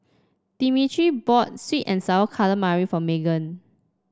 Dimitri bought sweet and sour calamari for Meghan